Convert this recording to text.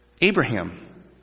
Abraham